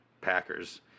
Packers